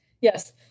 yes